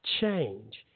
change